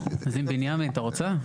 אז בנימין, אתה רוצה?